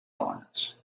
hornets